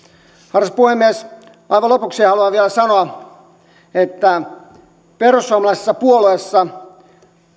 arvoisa puhemies aivan lopuksi haluan vielä sanoa että perussuomalaisessa puolueessa